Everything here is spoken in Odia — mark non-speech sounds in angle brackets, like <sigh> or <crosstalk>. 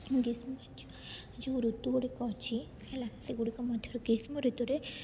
ଗ୍ରୀଷ୍ମ <unintelligible> ଯେଉଁ ଋତୁଗୁଡ଼ିକ ଅଛି ହେଲା ସେଗୁଡ଼ିକ ମଧ୍ୟରୁ ଗ୍ରୀଷ୍ମ ଋତୁରେ